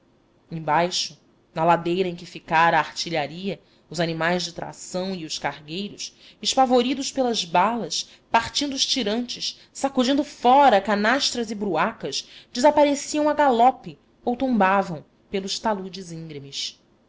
embaixo na ladeira em que ficara a artilharia os animais de tração e os cargueiros espavoridos pelas balas partindo os tirantes sacudindo fora canastras bruacas desapareciam a galope ou tombavam pelos taludes íngremes